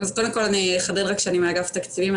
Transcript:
קודם כל אני אחדד רק שאני מאגף תקציבים,